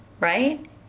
Right